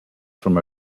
from